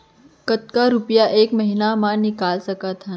कतका रुपिया एक महीना म निकाल सकथन?